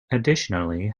additionally